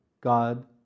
God